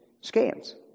scans